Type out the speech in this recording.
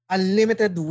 Unlimited